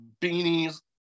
beanies